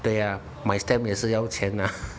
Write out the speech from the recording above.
对阿买 stamp 也是要钱呐